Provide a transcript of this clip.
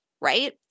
right